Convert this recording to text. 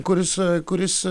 kuris kuris